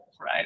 right